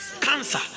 cancer